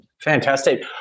Fantastic